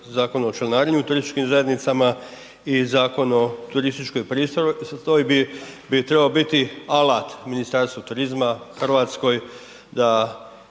Zakon o članarini u turističkim zajednicama i Zakon o turističkoj pristojbi bi trebao biti alat Ministarstvu turizma, Hrvatskoj da